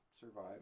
survive